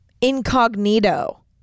incognito